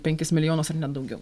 penkis milijonus ar net daugiau